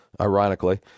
ironically